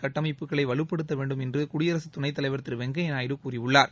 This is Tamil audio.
கட்டமைப்புகளை வலுப்படுத்த வேண்டும் என்று குடியரசுத் துணைத் தலைவர் திரு வெங்கப்யா நாயுடு கூறியுள்ளார்